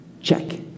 check